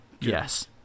Yes